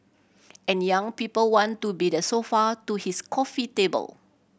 and young people want to be the sofa to his coffee table